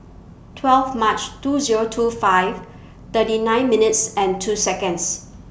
twelve March two Zero two five thirty nine minutes and two Seconds